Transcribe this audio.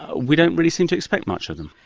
we don't really seem to expect much of them.